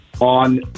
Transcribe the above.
on